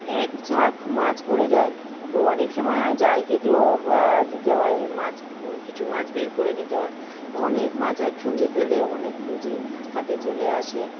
এক ঝাঁক মাছ পড়ে যায় তো অনেক সময় হয় জাল কেটেও দিতে হয় মাছ কিছু মাছ বের করে দিতে হয় অনেক মাছ একসঙ্গে পেলে অনেক পুঁজি হাতে চলে আসে